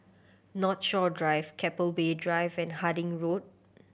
Northshore Drive Keppel Bay Drive and Harding Road